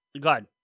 God